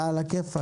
אתה על הכיפאק.